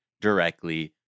directly